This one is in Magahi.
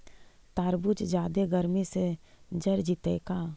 तारबुज जादे गर्मी से जर जितै का?